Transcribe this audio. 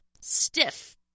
stiff